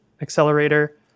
accelerator